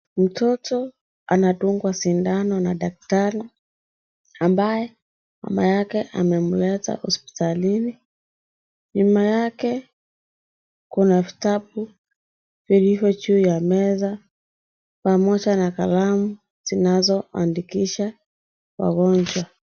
Mtoto anadungwa sindano na daktari ambaye mama yake amemleta hospitalini, nyuma yake kuna vitabu vilivyo juu ya meza pamoja na kalamu zinazoandikisha pamoja.